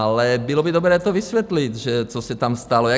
Ale bylo by dobré to vysvětlit, co se tam stalo.